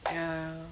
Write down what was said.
ya